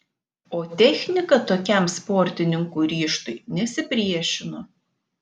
o technika tokiam sportininkų ryžtui nesipriešino